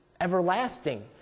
everlasting